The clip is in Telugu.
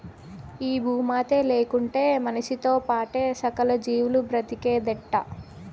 ఈ భూమాతే లేకుంటే మనిసితో పాటే సకల జీవాలు బ్రతికేదెట్టా